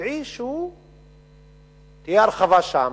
טבעי שתהיה הרחבה שם,